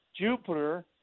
Jupiter